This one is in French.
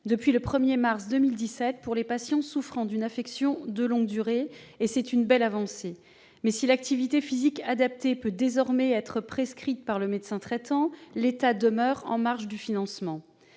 depuis le 1 mars 2017 pour les patients souffrant d'une affection de longue durée ; c'est une belle avancée. Mais si l'activité physique adaptée peut désormais être prescrite par le médecin traitant, l'État demeure en marge du financement.